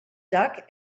duck